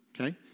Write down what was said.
Okay